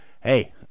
hey